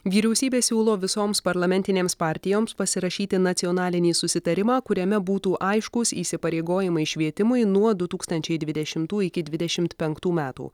vyriausybė siūlo visoms parlamentinėms partijoms pasirašyti nacionalinį susitarimą kuriame būtų aiškūs įsipareigojimai švietimui nuo du tūkstančiai dvidešimtų iki dvidešimt penktų metų